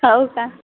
हो का